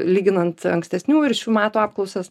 lyginant ankstesnių ir šių metų apklausas